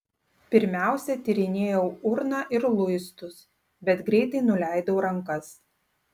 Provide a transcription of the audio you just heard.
pirmiausia tyrinėjau urną ir luistus bet greitai nuleidau rankas